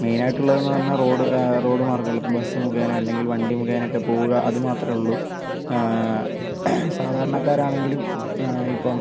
മെയിനായിട്ടുള്ളതെന്ന് പറഞ്ഞാൽ road road മാർഗമുള്ളൂ bus മുഖേനെ അല്ലെങ്കിൽ വണ്ടി മുഖേനെക്കെ പോവുക അതുമാത്രമേ ഉള്ളൂ സാധാരണകാരാണെങ്കിലും ഇപ്പം